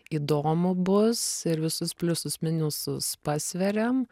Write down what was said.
įdomu bus ir visus pliusus minusus pasveriam